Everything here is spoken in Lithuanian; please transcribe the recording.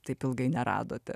taip ilgai neradote